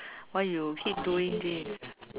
why you keep doing this